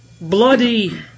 Bloody